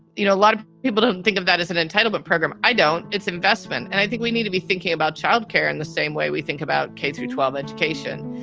you know, a lot of people don't think of that as an entitlement program. i don't it's investment. and i think we need to be thinking about child care in the same way we think about k through twelve education.